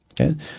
okay